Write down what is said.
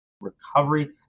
recovery